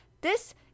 This